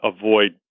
avoid